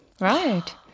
Right